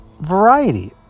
variety